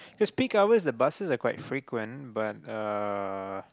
cause peak hours the buses are quite frequent but uh